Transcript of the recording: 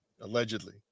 Allegedly